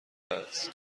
است